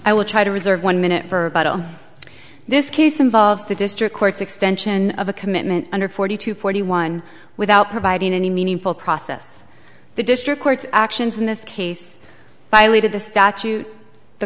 i will try to reserve one minute for this case involves the district court's extension of a commitment under forty two forty one without providing any meaningful process the district court's actions in this case violated the statute the